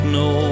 no